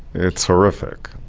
it's horrific.